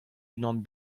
unan